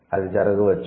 అది జరగవచ్చు